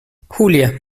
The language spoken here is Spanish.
julia